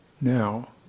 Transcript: now